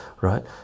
right